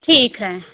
ठीक है